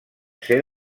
ser